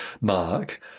mark